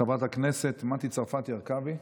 חברת הכנסת מטי צרפתי הרכבי,